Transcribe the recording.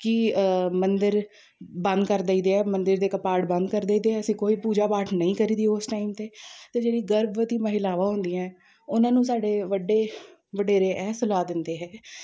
ਕਿ ਮੰਦਰ ਬੰਦ ਕਰ ਦਈਦੇ ਆ ਮੰਦਿਰ ਦੇ ਕਪਾਟ ਬੰਦ ਕਰ ਦਈ ਦੇ ਹੈ ਅਸੀਂ ਕੋਈ ਪੂਜਾ ਪਾਠ ਨਹੀਂ ਕਰੀਦੀ ਉਸ ਟਾਈਮ 'ਤੇ ਅਤੇ ਜਿਹੜੀ ਗਰਭਵਤੀ ਮਹਿਲਾਵਾਂ ਹੁੰਦੀਆਂ ਉਹਨਾਂ ਨੂੰ ਸਾਡੇ ਵੱਡੇ ਵਡੇਰੇ ਇਹ ਸਲਾਹ ਦਿੰਦੇ ਹੈ